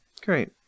Great